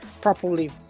properly